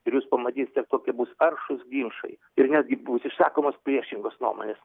ir jūs pamatysite kokie bus aršūs ginčai ir netgi bus išsakomos priešingos nuomonės